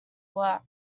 work